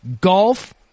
GOLF